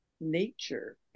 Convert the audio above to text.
nature